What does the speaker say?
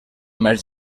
més